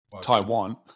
Taiwan